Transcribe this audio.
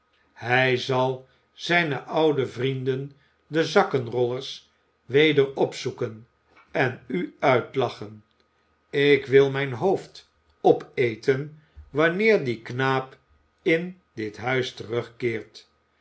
hij zal zijne oude vrienden de zakkenrollers weder opzoeken en u uitlachen ik wil mijn hoofd opeten wanneer die knaap in dit huis terugkeert